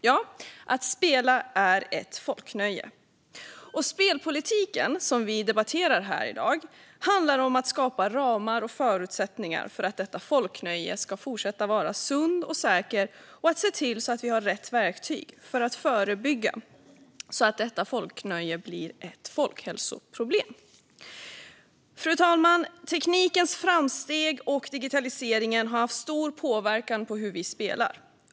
Ja, att spela är ett folknöje, och den spelpolitik vi debatterar här i dag handlar om att skapa ramar och förutsättningar för att detta folknöje ska fortsätta att vara sunt och säkert - och om att se till att vi har rätt verktyg för att förebygga att folknöjet blir ett folkhälsoproblem. Fru talman! Teknikens framsteg och digitaliseringen har haft stor påverkan på hur vi spelar.